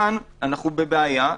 כאן אנחנו בבעיה.